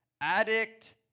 addict